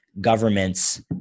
governments